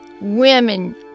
Women